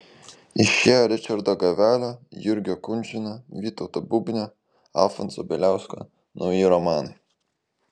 išėjo ričardo gavelio jurgio kunčino vytauto bubnio alfonso bieliausko nauji romanai